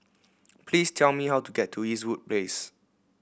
please tell me how to get to Eastwood Place